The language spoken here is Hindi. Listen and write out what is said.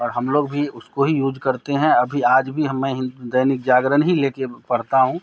और हम लोग भी उसको ही यूज़ करते हैं अभी आज भी हमें हिं दैनिक जागरण ही ले कर पढ़ता हूँ